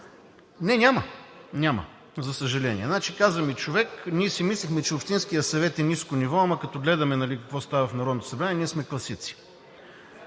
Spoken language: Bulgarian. Не, няма, за съжаление! Каза ми човек: мислехме, че общинският съвет е ниско ниво, ама като гледаме какво става в Народното събрание, ние сме класици.